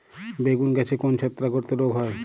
বেগুন গাছে কোন ছত্রাক ঘটিত রোগ হয়?